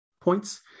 points